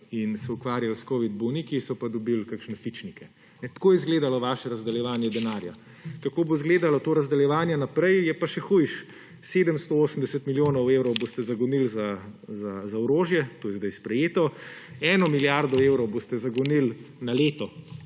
in se ukvarjali s covid bolniki, dobili kakšne fičnike. Tako je izgledalo vaše razdeljevaje denarja. Kako bo izgledalo to razdeljevanje naprej, je pa še hujše. 780 milijonov evrov boste zagonili za orožje, to je zdaj sprejeto. 1 milijardo evrov boste zagonili na leto